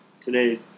today